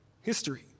history